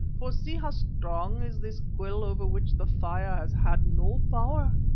for see how strong is this quill over which the fire has had no power.